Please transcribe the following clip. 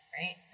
Right